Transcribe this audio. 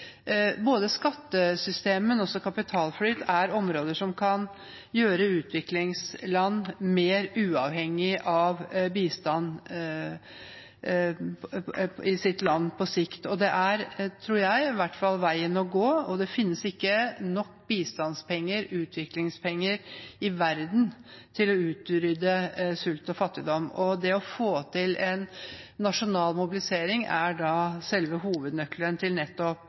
Både skattesystemer og kapitalflyt er områder som kan gjøre utviklingsland mer uavhengig av bistand på sikt, og i hvert fall tror jeg det er veien å gå. Det finnes ikke nok bistandspenger, utviklingspenger, i verden til å utrydde sult og fattigdom. Det å få til en nasjonal mobilisering er da selve hovednøkkelen til